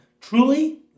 Truly